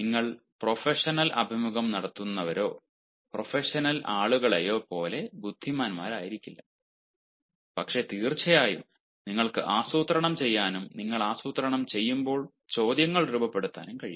നിങ്ങൾ പ്രൊഫഷണൽ അഭിമുഖം നടത്തുന്നവരെയോ പ്രൊഫഷണൽ ആളുകളെയോ പോലെ ബുദ്ധിമാനായിരിക്കില്ല പക്ഷേ തീർച്ചയായും നിങ്ങൾക്ക് ആസൂത്രണം ചെയ്യാനും നിങ്ങൾ ആസൂത്രണം ചെയ്യുമ്പോൾ ചോദ്യങ്ങൾ രൂപപ്പെടുത്താനും കഴിയും